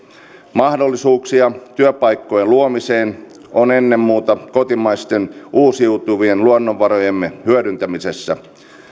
mahdollisuuksia työpaikkojen luomiseen on ennen muuta kotimaisten uusiutu vien luonnonvarojemme hyödyntämisessä